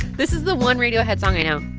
this is the one radiohead song i know